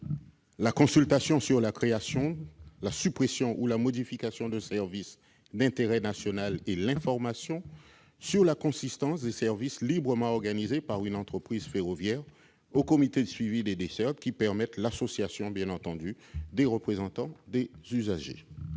la consultation sur la création, la suppression ou la modification d'un service d'intérêt national et l'information sur la consistance des services librement organisés par une entreprise ferroviaire aux comités de suivi des dessertes, qui permettent l'association des représentants des usagers.